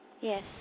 Yes